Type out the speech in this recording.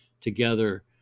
together